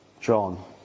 John